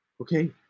okay